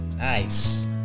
Nice